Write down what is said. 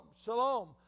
shalom